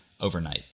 overnight